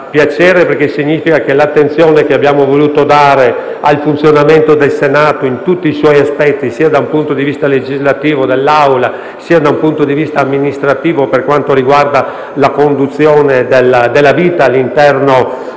piacere, perché significa che l'attenzione che abbiamo voluto dare al funzionamento del Senato in tutti i suoi aspetti, sia da un punto di vista legislativo, relativo ai lavori dell'Aula, sia da un punto di vista amministrativo, per quanto riguarda la conduzione della vita all'interno